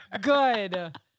Good